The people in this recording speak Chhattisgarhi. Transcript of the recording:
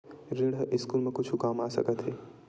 ऋण ह स्कूल मा कुछु काम आ सकत हे?